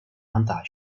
anti